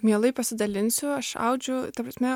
mielai pasidalinsiu aš audžiu ta prasme